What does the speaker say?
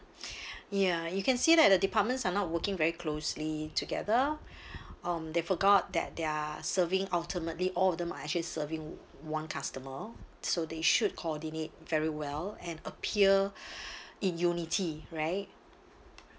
ya you can see that the departments are not working very closely together um they forgot that their serving ultimately all of them are actually serving one customer so they should coordinate very well and appear in unity right